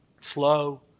slow